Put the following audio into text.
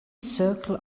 circle